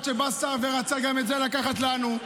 עד שבא שר ורצה גם את זה לקחת לנו.